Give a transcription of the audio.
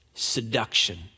seduction